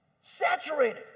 Saturated